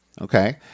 Okay